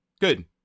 Good